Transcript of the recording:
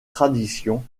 tradition